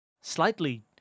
slightly